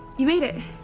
you made it.